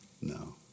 No